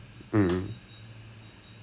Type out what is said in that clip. err good starting pay